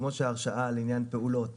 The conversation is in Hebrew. כמו שההרשאה לעניין לפעולות,